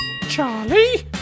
Charlie